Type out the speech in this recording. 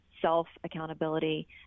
self-accountability